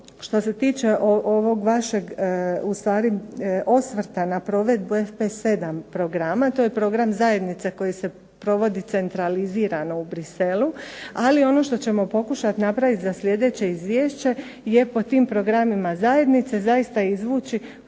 što se tiče ovog vašeg u stvari osvrta na provedbu FP7 programa. To je program Zajednice koji se provodi centralizirano u Bruxellesu. Ali ono što ćemo pokušati napraviti za sljedeće izvješće je po tim programima zajednice zaista izvući